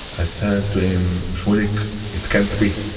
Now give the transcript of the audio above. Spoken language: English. i said to him, shmulik, it can't be,